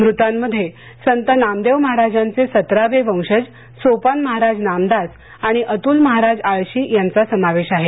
मृतांमध्ये संत नामदेव महाराजांचे सतरावे वंशज सोपान महाराज नामदास आणि अतुल महाराज आळशी यांचा समावेश आहे